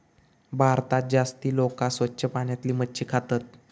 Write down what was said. भारतात जास्ती लोका स्वच्छ पाण्यातली मच्छी खातत